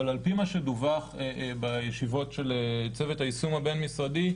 אבל על פי מה שדווח בישיבות של צוות היישום הבין-משרדי,